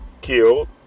killed